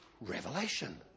Revelation